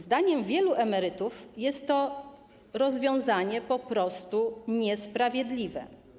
Zdaniem wielu emerytów jest to rozwiązanie po prostu niesprawiedliwe.